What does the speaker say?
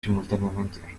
simultáneamente